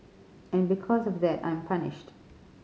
and because of that I'm punished